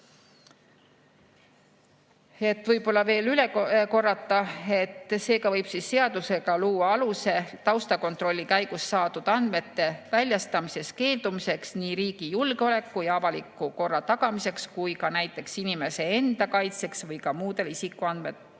Võib-olla on vaja üle korrata, et seega võib seadusega luua aluse taustakontrolli käigus saadud andmete väljastamisest keeldumiseks nii riigi julgeoleku ja avaliku korra tagamiseks kui ka näiteks inimese enda kaitseks või ka muudel isikuandmete